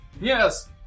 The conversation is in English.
Yes